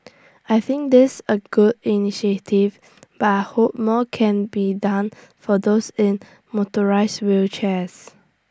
I think this A good initiative but I hope more can be done for those in motorised wheelchairs